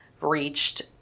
reached